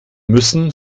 müssen